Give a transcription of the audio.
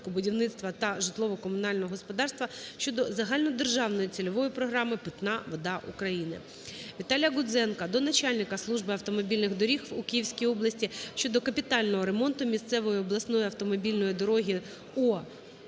ВіталіяГудзенка до начальника Служби автомобільних доріг у Київській області щодо капітального ремонту місцевої обласної автомобільної дороги О